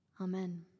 Amen